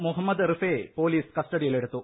മുഹമ്മദ് റിഫയെ പോലീസ് കസ്റ്റഡിയിലെടുത്തു